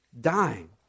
dying